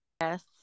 yes